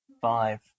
Five